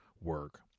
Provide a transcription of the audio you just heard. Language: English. work